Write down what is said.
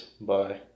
bye